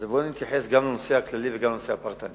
אז בוא נתייחס גם לנושא הכללי וגם לנושא הפרטני.